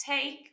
take